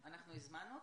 אנחנו הזמנו אותם?